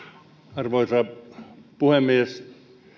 arvoisa puhemies